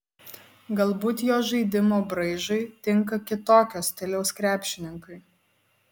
galbūt jo žaidimo braižui tinka kitokio stiliaus krepšininkai